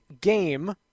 game